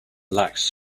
lacks